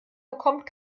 bekommt